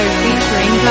featuring